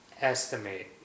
Estimate